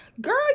Girl